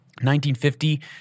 1950